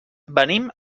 venim